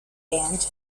band